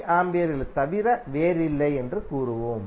இந்த குறிப்பிட்ட நோடுக்கு மைனஸ் 1046 என்று எழுதுவீர்கள்